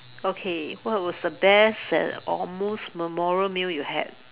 okay what was the best and or most memorable meal you had